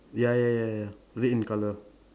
ya ya ya ya red in colour